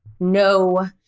no